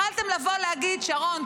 יכולתם לבוא ולהגיד: שרון,